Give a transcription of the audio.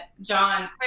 John